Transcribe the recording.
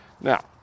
Now